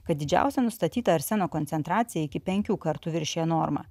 kad didžiausia nustatyta arseno koncentracija iki penkių kartų viršija normą